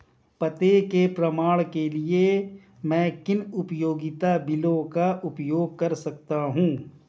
पते के प्रमाण के लिए मैं किन उपयोगिता बिलों का उपयोग कर सकता हूँ?